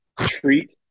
treat